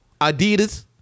Adidas